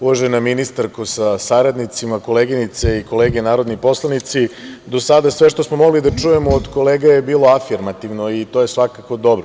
Uvažena ministarko sa saradnicima, koleginice i kolege narodni poslanici, do sada sve što smo mogli da čujemo od kolega je bilo afirmativno i to je svakako dobro.